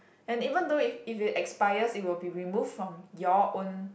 and even though if if it expires it will be removed from your own